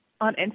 on